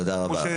תודה רבה.